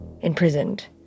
imprisoned